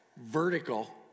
vertical